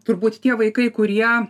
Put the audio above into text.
turbūt tie vaikai kurie